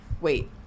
Wait